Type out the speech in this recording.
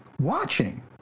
Watching